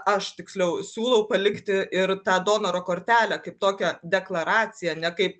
aš tiksliau siūlau palikti ir tą donoro kortelę kaip tokią deklaraciją ne kaip